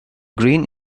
green